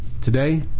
today